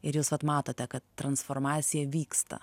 ir jūs matote kad transformacija vyksta